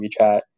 WeChat